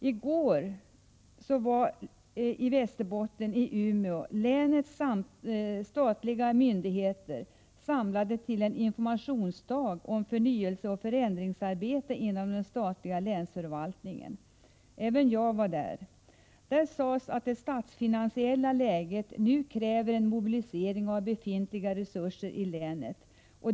I går var i Umeå, i Västerbottens län, statliga myndigheter samlade till en informationsdag om förnyelseoch förändringsarbete inom den statliga länsförvaltningen. Även jag var där. Där sades att det statsfinansiella läget nu kräver en mobilisering av befintliga resurser i länet.